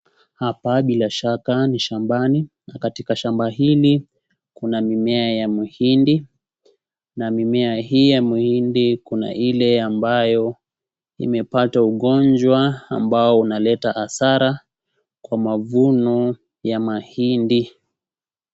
Hapa bila shaka ni shambani na katika shamba hili kuna mimea ya mahindi a mimea hii ya mahindi kuna ile ambayo imepata ugonjwa ambao unaleta hasara kwa mavuno ya mahindi.